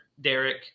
Derek